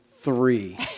three